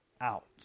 out